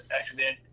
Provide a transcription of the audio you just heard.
accident